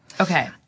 Okay